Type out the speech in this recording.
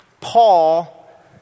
Paul